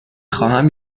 خواهم